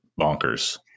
bonkers